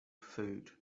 food